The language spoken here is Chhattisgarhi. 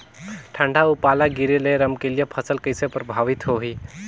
ठंडा अउ पाला गिरे ले रमकलिया फसल कइसे प्रभावित होही?